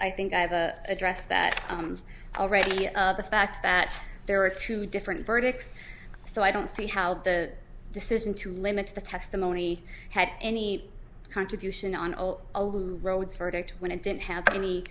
i think i address that already of the fact that there are two different verdicts so i don't see how the decision to limits the testimony had any contribution on all roads verdict when it didn't have any